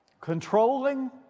controlling